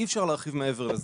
אי אפשר להרחיב מעבר לזה.